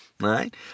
right